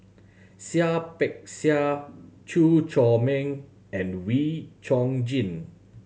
Seah Peck Seah Chew Chor Meng and Wee Chong Jin